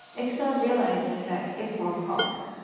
excel realizes that it's one column.